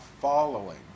following